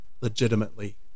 legitimately